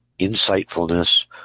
insightfulness